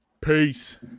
Peace